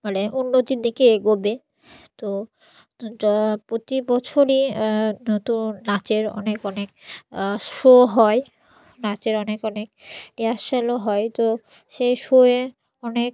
মানে উন্নতির দিকে এগোবে তো প্রতি বছরই নতুন নাচের অনেক অনেক শো হয় নাচের অনেক অনেক রিহার্সালও হয় তো সেই শোয়ে অনেক